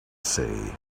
say